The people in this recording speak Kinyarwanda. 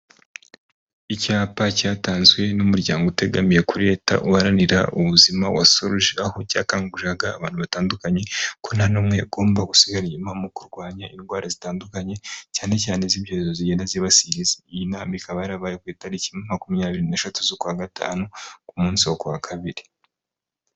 Icyapa cyatanzwe n'umuryango utegamiye kuri Leta uharanira ubuzima wa Soruje, aho cyakanguriraga abantu batandukanye ko nta n'umwe ugomba gusigara inyuma mu kurwanya indwara zitandukanye, cyane cyane iz'ibyorezo zigenda zibasira isi. Iyi nama ikaba yarabaye ku itariki makumyabiri n'eshatu z'ukwa gatanu ku munsi wo ku wa kabiri.